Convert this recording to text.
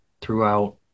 throughout